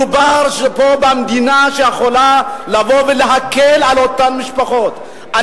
מדובר פה במדינה שיכולה לבוא להקל על אותן משפחות.